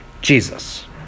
Jesus